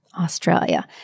Australia